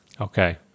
Okay